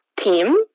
team